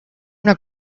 una